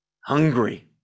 hungry